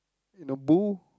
you know bull